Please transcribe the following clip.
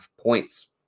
points